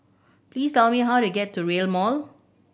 please tell me how to get to Rail Mall